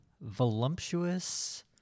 voluptuous